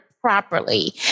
properly